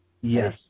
Yes